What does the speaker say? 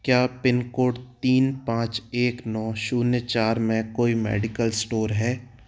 क्या pin code तीन पाँच एक नौ जीरो चार में कोई मेडिकल स्टोर है